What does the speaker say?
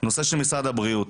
בנושא של משרד הבריאות.